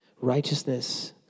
Righteousness